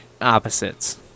opposites